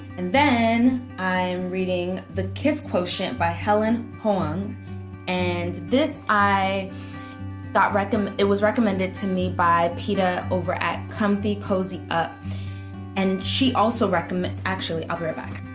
and then i am reading the kiss quotient by helen hoang and this i got recommended um it was recommended to me by peta over at comfy cozy up and she also recommended, actually i'll be right back